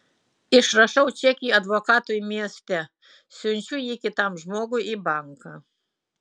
išrašau čekį advokatui mieste siunčiu jį kitam žmogui į banką